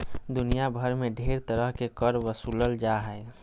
दुनिया भर मे ढेर तरह के कर बसूलल जा हय